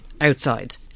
outside